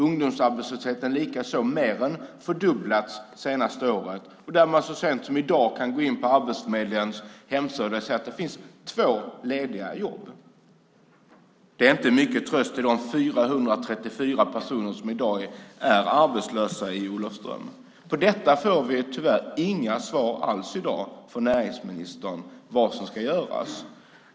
Ungdomsarbetslösheten likaså, den har mer än fördubblats det senaste året. Man kan så sent som i dag gå in på Arbetsförmedlingens hemsida och se att det finns två lediga jobb. Det är inte mycket tröst till de 434 personer som i dag är arbetslösa i Olofström. På detta får vi tyvärr inga svar alls i dag från näringsministern om vad som ska göras.